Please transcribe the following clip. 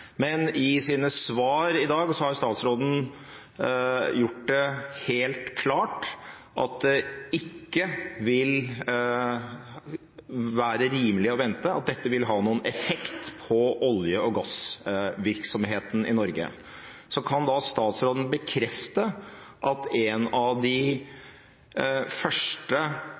Men i sine svar i dag har statsråden gjort det helt klart at det ikke vil være rimelig å vente at dette vil ha noen effekt på olje- og gassvirksomheten i Norge. Kan statsråden bekrefte at en av de